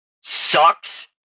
sucks